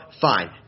Fine